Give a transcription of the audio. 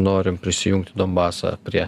norim prisijungti donbasą prie